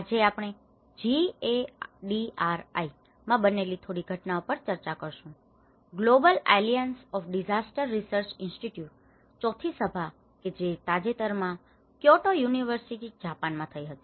આજે આપણે જીએડીઆરઆઈ માં બનેલી થોડી ઘટનાઓ ઉપર ચર્ચા કરીશું global alliance of disaster research institutes ચોથી સભા કે જે તાજેતર માં ક્યોટો યુનિવર્સીટી જાપાન માં થઇ હતી